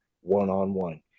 one-on-one